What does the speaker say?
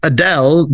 Adele